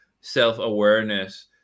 self-awareness